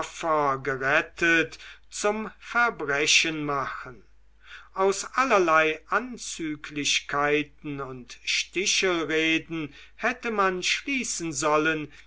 gerettet zum verbrechen machen aus allerlei anzüglichkeiten und stichelreden hätte man schließen sollen